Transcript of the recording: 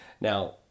Now